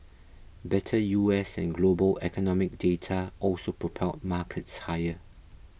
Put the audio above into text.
better U S and global economic data also propelled markets higher